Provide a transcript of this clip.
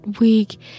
week